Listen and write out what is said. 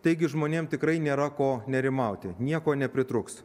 taigi žmonėm tikrai nėra ko nerimauti nieko nepritrūks